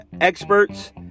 experts